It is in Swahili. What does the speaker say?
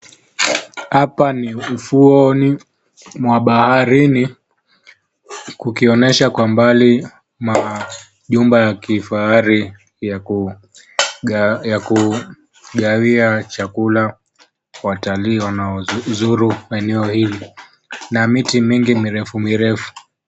Hapa ni ufuoni mwa baharini kukionyesha kwa umbali majumba ya kifahari ya kugawia chakula watalii wanaozuru maeneo hili na miti mingi mirefu mirefu.